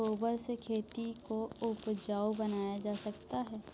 क्या गोबर से खेती को उपजाउ बनाया जा सकता है?